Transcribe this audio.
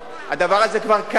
הדבר הזה כבר קיים,